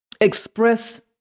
express